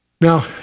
Now